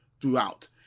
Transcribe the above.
throughout